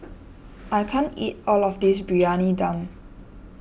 I can't eat all of this Briyani Dum